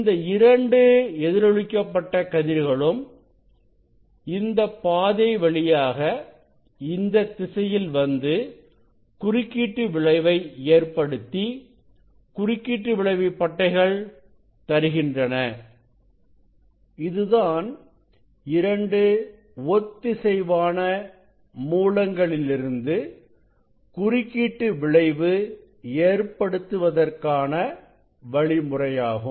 இந்த இரண்டு எதிரொலிக்க பட்ட கதிர்களும் இந்த பாதை வழியாக இந்தத் திசையில் வந்து குறுக்கீட்டு விளைவு ஏற்படுத்தி குறுக்கீட்டு விளைவு பட்டைகளை தருகின்றன இது தான் இரண்டு ஒத்திசைவான மூலங்களிலிருந்து குறுக்கீட்டு விளைவு ஏற்படுத்துவதற்கான வழிமுறையாகும்